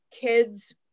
kids